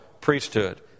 priesthood